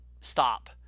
stop